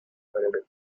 порядок